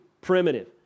primitive